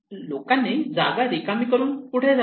लोकांना जागा रिकामी करून कुठे जायचे